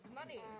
money